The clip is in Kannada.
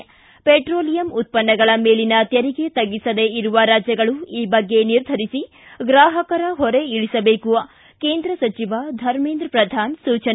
ಿ ಹೆಟ್ರೋಲಿಯಂ ಉತ್ಪನ್ನಗಳ ಮೇಲಿನ ತೆರಿಗೆ ತಗ್ಗಿಸದೇ ಇರುವ ರಾಜ್ಯಗಳು ಈ ಬಗ್ಗೆ ನಿರ್ಧರಿಸಿ ಗ್ರಾಹಕರ ಹೊರೆ ಇಳಿಸಬೇಕು ಕೇಂದ್ರ ಸಚಿವ ಧರ್ಮೇಂದ್ರ ಪ್ರಧಾನ್ ಸೂಚನೆ